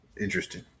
Interesting